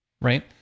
Right